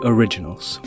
Originals